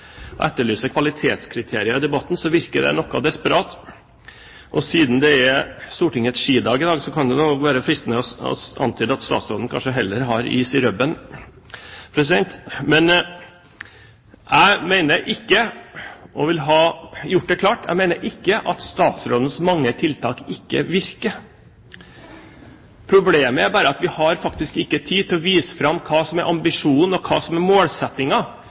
debatten, så virker det litt desperat. Siden det er Stortingets skidag i dag, kan det være fristende å antyde at statsråden heller har is i rubben. Jeg mener ikke – jeg vil gjøre det klart – at statsrådens mange tiltak ikke virker. Problemet er at vi har faktisk ikke tid til å vise fram hva som er ambisjonen, og hva som er